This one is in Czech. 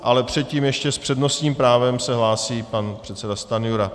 Ale předtím se ještě s přednostním právem hlásí pan předseda Stanjura.